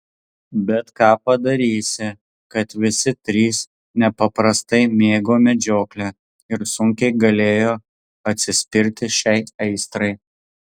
bet ką padarysi kad visi trys nepaprastai mėgo medžioklę ir sunkiai galėjo atsispirti šiai aistrai